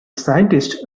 scientist